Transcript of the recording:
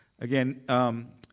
Again